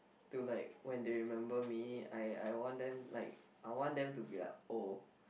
to like when they remember me I I want them like I want them to be like oh